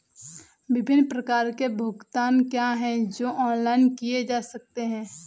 विभिन्न प्रकार के भुगतान क्या हैं जो ऑनलाइन किए जा सकते हैं?